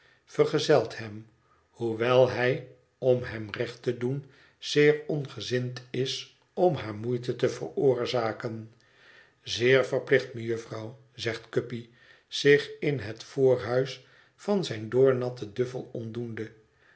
hem hoewel hij om hem recht te doen zeer ongezind is om haar moeite te veroorzaken zeer verplicht mejufvrouw zegt guppy zich in het voorhuis van zijn doornatten duffel ontdoende